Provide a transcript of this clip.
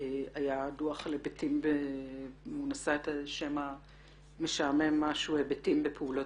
הדוח שנשא את השם המשעמם משהו: היבטים בפעולות